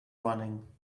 running